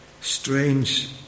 strange